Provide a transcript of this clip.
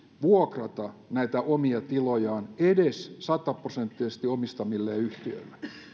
vuokrata näitä omia tilojaan edes sataprosenttisesti omistamilleen yhtiöille